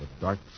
dark